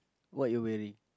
what you wearing